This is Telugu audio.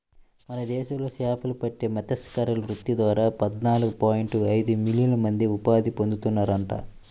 మన దేశంలో చేపలు పట్టే మత్స్యకార వృత్తి ద్వారా పద్నాలుగు పాయింట్ ఐదు మిలియన్ల మంది ఉపాధి పొందుతున్నారంట